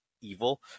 evil